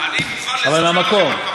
אבל מהמקום.